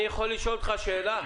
אני יכול לשאול אותך שאלה?